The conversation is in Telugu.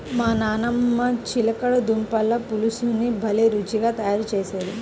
మా నాయనమ్మ చిలకడ దుంపల పులుసుని భలే రుచిగా తయారు చేసేది